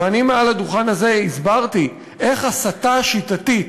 ואני מעל הדוכן הזה הסברתי איך הסתה שיטתית